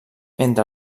entre